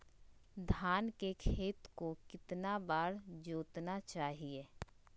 धान के खेत को कितना बार जोतना चाहिए?